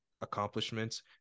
accomplishments